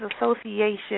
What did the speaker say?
Association